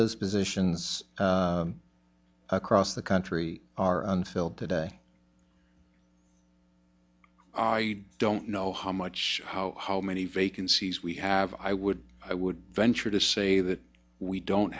those positions across the country are unfilled today i don't know how much how how many vacancies we have i would i would venture to say that we don't